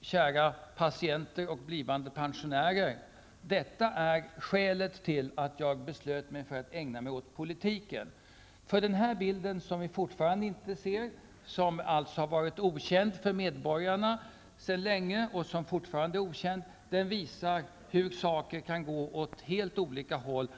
Kära patienter och blivande pensionärer! Det jag illustrerat är skälet till att jag beslöt mig för att ägna mig åt politiken. Den bild som ni fortfarande inte har kunnat se har alltså varit okänd för medborgarna länge och är det fortfarande. Det visar hur saker kan utvecklas åt helt olika håll.